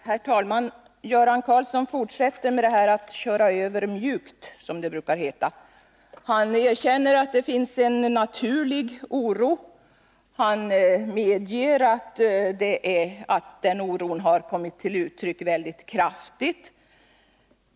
Herr talman! Göran Karlsson fortsätter med detta att köra över mjukt, som det brukar heta. Han erkänner att det finns en naturlig oro. Han medger att den oron har kommit till uttryck mycket kraftigt.